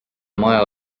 maja